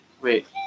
Wait